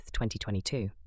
2022